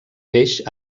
peix